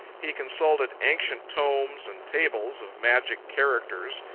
he consulted ancient tomes and tables of magic characters,